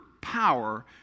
power